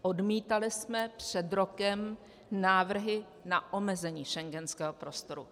Odmítali jsme před rokem návrhy na omezení schengenského prostoru.